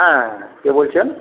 হ্যাঁ কে বলছেন